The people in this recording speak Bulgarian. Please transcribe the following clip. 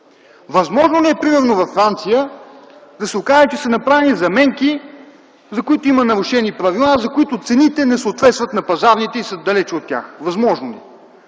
Възможно ли е примерно във Франция да се окаже, че са направени заменки, за които има нарушени правила, за които цените не съответстват на пазарните и са далеч от тях? Възможно ли